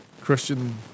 Christian